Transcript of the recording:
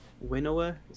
winnower